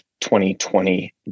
2020